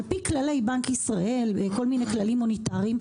על פי כללי בנק ישראל וכל מיני כללים מוניטריים,